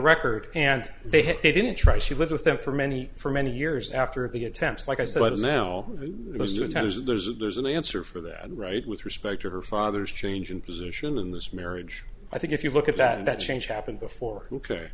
record and they didn't try she lived with them for many for many years after the attempts like i said now those are tears there's a there's an answer for that right with respect to her father's change in position in this marriage i think if you look at that change happened before ok